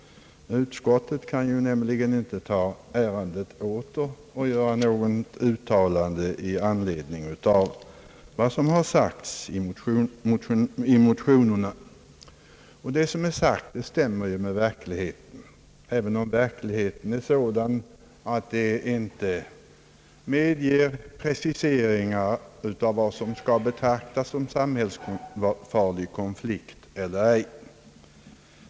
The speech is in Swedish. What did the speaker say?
Utskottet kan nämligen inte ta ärendet åter och göra något uttalande i anledning av motionärernas förslag. Vad som har sagts stämmer ju med verkligheten, även om verkligheten är sådan att det inte är möjligt att göra någon precisering av vad som är att betrakta som samhällsfarlig konflikt eller ej.